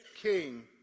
King